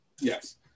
Yes